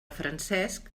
francesc